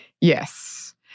Yes